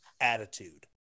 attitude